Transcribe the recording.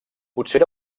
potser